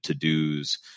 to-dos